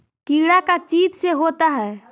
कीड़ा का चीज से होता है?